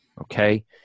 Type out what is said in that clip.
okay